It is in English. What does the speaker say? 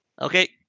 Okay